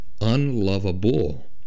unlovable